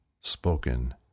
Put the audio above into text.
spoken